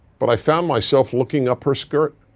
but i found myself looking up her skirt.